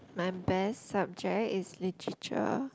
my best subject is Literature